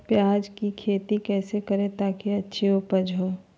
प्याज की खेती कैसे करें ताकि अच्छी उपज हो?